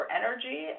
energy